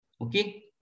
okay